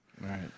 right